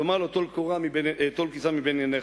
תשיב לו: טול קורה מבין עיניך.